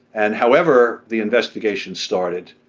and however the investigation started.